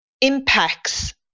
Impacts